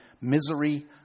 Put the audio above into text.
misery